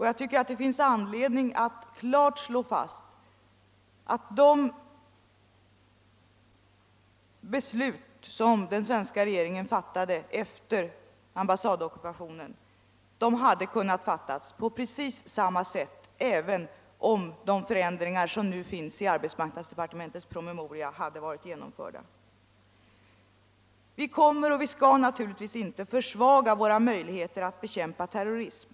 Jag tycker det finns anledning att klart slå fast att de beslut regeringen fattade efter ambassadockupationen hade kunnat fattas Nr 78 på precis samma sätt, även om de ändringar som nu finns i arbetsmark Tisdagen den nadsdepartementets promemoria hade varit genomförda. Vi skall na 13 maj 1975 turligtvis inte försvaga våra möjligheter att bekämpa terrorism.